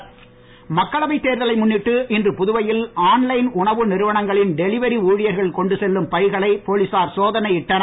சோதனை மக்களவை தேர்தலை முன்னிட்டு இன்று புதுவையில் ஆன் லைன் உணவு நிறுவனங்களின் டெலிவரி ஊழியர்கள் கொண்டு செல்லும் பைகளை போலீசார் சோதனை இட்டனர்